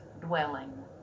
dwelling